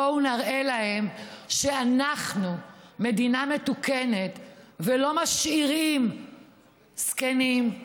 בואו נראה להם שאנחנו מדינה מתוקנת ולא משאירים זקנים,